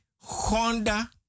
Honda